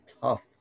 tough